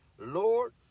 Lord